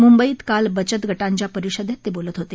मुंबईत काल बचतगटांच्या परिषदेत ते बोलत होते